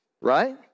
right